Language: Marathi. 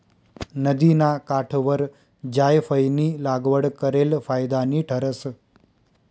नदिना काठवर जायफयनी लागवड करेल फायदानी ठरस